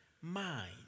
mind